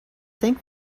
think